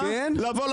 הוא לבוא,